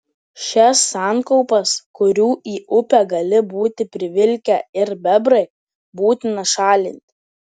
šias sankaupas kurių į upę gali būti privilkę ir bebrai būtina šalinti